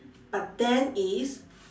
but then is